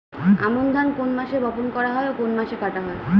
আমন ধান কোন মাসে বপন করা হয় ও কোন মাসে কাটা হয়?